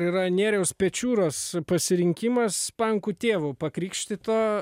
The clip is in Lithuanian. yra nėriaus pečiūros pasirinkimas pankų tėvu pakrikštyto